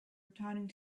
returning